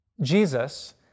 Jesus